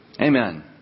Amen